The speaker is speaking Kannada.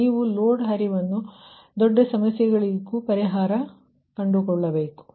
ನೀವು ಲೋಡ್ ಹರಿವನ್ನು ದೊಡ್ಡ ಸಮಸ್ಯೆಗಳಿಗೂ ಪರಿಹಾರ ಕಂಡುಕೊಳ್ಳಬೇಕು